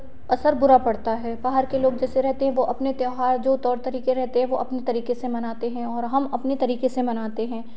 असर बड़ा पड़ता है बाहर के लोग जैसे रहते हैं वह अपने त्योहार जो तौर तरीके रहते हैं वह अपनी तरीके से मनाते हैं और हम अपनी तरीके से मनाते हैं